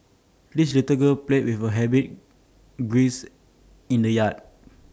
the little girl played with her rabbit grace in the yard